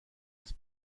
است